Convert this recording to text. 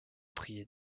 prier